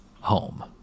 home